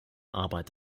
arbeit